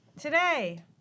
Today